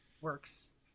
works